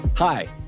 Hi